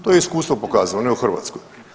To je iskustvo pokazalo, ne u Hrvatskoj.